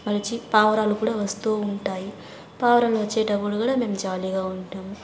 మళ్ళీ పావురాలు కూడా వస్తు ఉంటాయి పావురాలు వచ్చేటప్పుడు మేం జాలీగా ఉంటాము